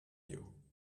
you